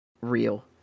real